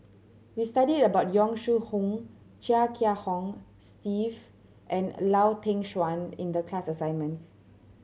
we studied about Yong Shu Hoong Chia Kiah Hong Steve and Lau Teng Chuan in the class assignments